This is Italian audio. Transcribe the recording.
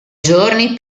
giorni